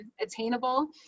attainable